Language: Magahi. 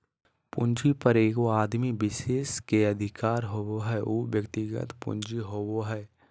पूंजी पर एगो आदमी विशेष के अधिकार होबो हइ उ व्यक्तिगत पूंजी होबो हइ